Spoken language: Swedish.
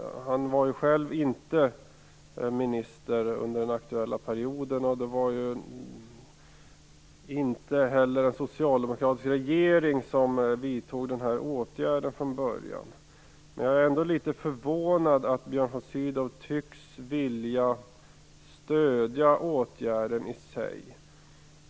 Han var ju själv inte minister under den aktuella perioden, och det var ju inte heller en socialdemokratisk regering som vidtog den här åtgärden från början. Jag är ändå litet förvånad över att Björn von Sydow tycks vilja stödja åtgärden i sig.